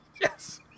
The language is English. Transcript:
Yes